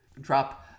drop